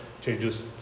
changes